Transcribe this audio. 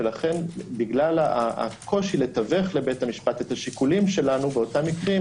לכן בגלל הקושי לתווך לבית המשפט את השיקולים שלנו באותם מקרים,